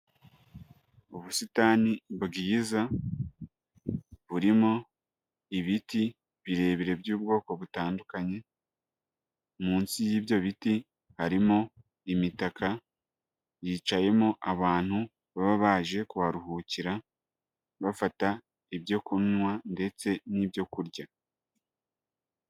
Ubusitani bwiza burimo ibiti birebire by'ubwoko butandukanye, munsi y'ibyo biti harimo imitaka yicayemo abantu baba baje kuharuhukira bafata ibyo kunywa ndetse n'ibyo kurya.